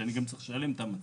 שאני צריך לשלם עבור המצבה.